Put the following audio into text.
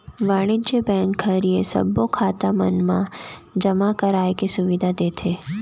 वाणिज्य बेंक ह ये सबो खाता मन मा जमा कराए के सुबिधा देथे